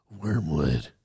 Wormwood